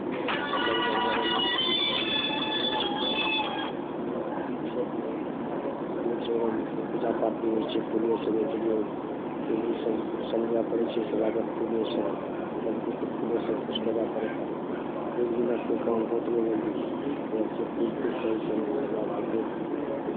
जरूरी छै फूलसँ एकदम पूजा पाठ भी होइ छै फूलेसँ मानि कऽ चलियौ कोइ भी सज सजबय पड़ै छै सजावट फूलेसँ सभकिछु तऽ फूलेसँ सभकिछु करय पड़ै हइ फूल बिना तऽ कोइ काम होत नहि जल्दी उएह छै फूलके सही सही समयपर लोक